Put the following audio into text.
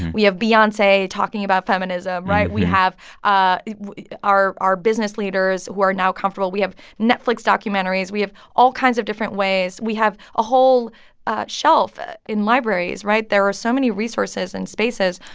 we have beyonce talking about feminism, right? we have ah our our business leaders who are now comfortable we have netflix documentaries. we have all kinds of different ways. we have a whole shelf in libraries, right? there are so many resources and spaces.